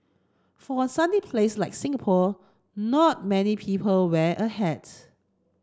for a sunny place like Singapore not many people wear a hats